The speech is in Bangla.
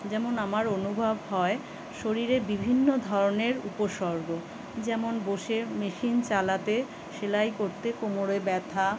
যেমন আমার অনুভব হয় শরীরে বিভিন্ন ধরনের উপসর্গ যেমন বসে মেশিন চালাতে সেলাই করতে কোমরে ব্যথা